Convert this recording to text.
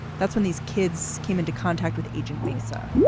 that's when these kids came into contact with agent mesa